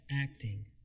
acting